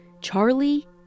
Charlie